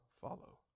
follow